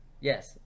Yes